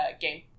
game